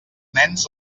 nens